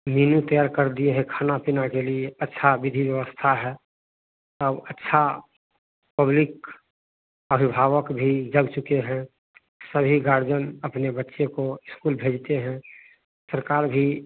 मीनू तैयार कर दिए है खाना पीना के लिए अच्छा विधि व्यवस्था है अब अच्छा पब्लिक अभिभावक भी जग चुके हैं सभी गार्जन अपने बच्चे को इस्कूल भेजते हैं सरकार भी